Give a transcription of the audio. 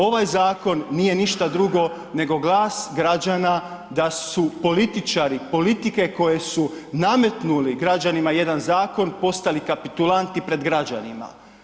Ovaj zakon nije ništa drugo nego glas građana da su političari politike koje su nametnuli građanima jedan zakon postali kapitulanti pred građanima.